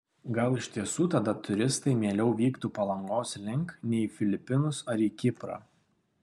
gal iš tiesų tada turistai mieliau vyktų palangos link nei į filipinus ar į kiprą